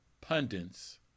pundits